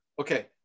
okay